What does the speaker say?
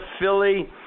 Philly